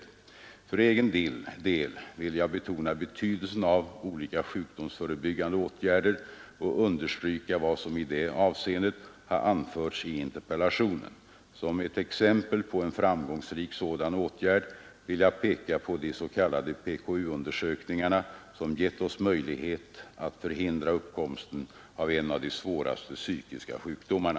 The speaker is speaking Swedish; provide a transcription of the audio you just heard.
För egen del vill jag betona betydelsen av olika sjukdomsförebyggande åtgärder och understryka vad som i det avseendet har anförts i interpellationen. Som ett exempel på en framgångsrik sådan åtgärd vill jag peka på de s.k. PKU-undersökningarna som gett oss möjlighet att förhindra uppkomsten av en av de svåraste psykiska sjukdomarna.